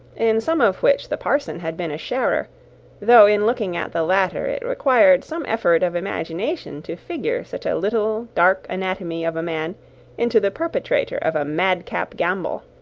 in some of which the parson had been a sharer though in looking at the latter, it required some effort of imagination to figure such a little dark anatomy of a man into the perpetrator of a madcap gambol.